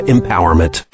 Empowerment